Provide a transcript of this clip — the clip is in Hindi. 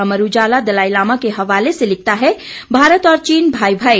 अमर उजाला दलाईलामा के हवाले से लिखता है भारत और चीन भाई माई